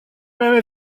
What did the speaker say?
même